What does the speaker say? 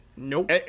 Nope